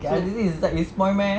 K_R_T_C is at eastpoint meh